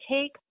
take